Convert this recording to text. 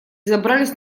забрались